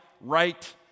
right